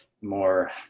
more